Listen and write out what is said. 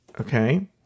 okay